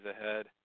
ahead